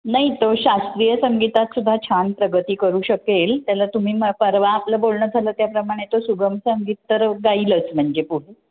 नाही तो शास्त्रीय संगीतात सुद्धा छान प्रगती करू शकेल त्याला तुम्ही मग परवा आपलं बोलणं झालं त्याप्रमाणे तो सुगम संगीत तर गाईलंच म्हणजे पुढे